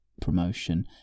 promotion